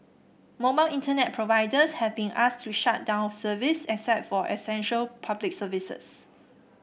mobile Internet providers have been asked to shut down service except for essential Public Services